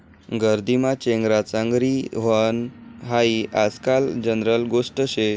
गर्दीमा चेंगराचेंगरी व्हनं हायी आजकाल जनरल गोष्ट शे